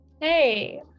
Hey